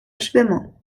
schwimmer